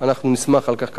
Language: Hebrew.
אנחנו נשמח על כך כמובן.